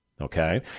okay